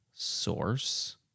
source